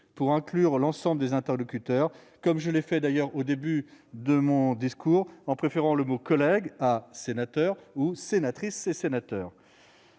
pour inclure l'ensemble des interlocuteurs, comme je l'ai d'ailleurs fait au début de mon discours en préférant le mot « collègues » à « sénateurs » ou « sénatrices et sénateurs